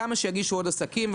כמה שיגישו עוד עסקים,